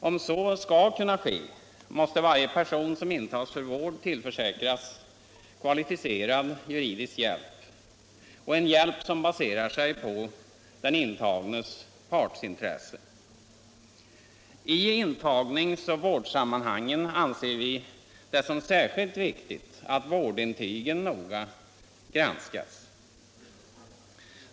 Om så skall kunna ske måste varje person som intas för vård tillförsäkras kvalificerad juridisk hjälp och en hjälp som baserar sig på den intagnes partsintresse. I intagningsoch vårdsammanhangen anser vi det särskilt viktigt att vårdintygen noga granskas.